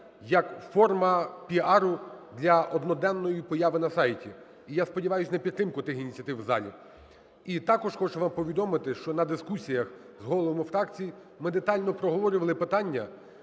як форма піару для одноденної появи на сайті. І я сподіваюсь на підтримку тих ініціатив в залі. І також хочу вам повідомити, що на дискусіях з головами фракцій ми детально проговорювали питання